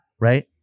Right